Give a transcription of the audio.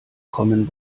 commen